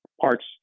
parts